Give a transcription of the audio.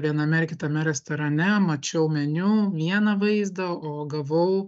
viename ar kitame restorane mačiau meniu vieną vaizdą o gavau